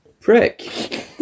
prick